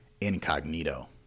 incognito